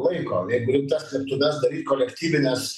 laiko jeigu rimtas slėptuves daryt kolektyvines